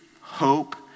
hope